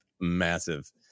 massive